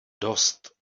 dost